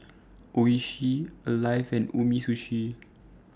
Oishi Alive and Umisushi